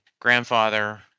grandfather